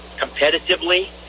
competitively